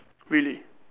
really